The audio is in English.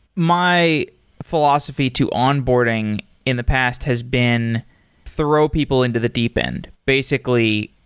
my philosophy to onboarding in the past has been throw people into the deep end. basically,